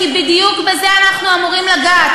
כי בדיוק בזה אנחנו אמורים לגעת.